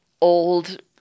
old